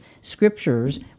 scriptures